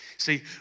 See